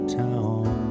town